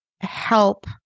help